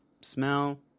Smell